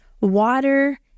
water